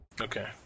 Okay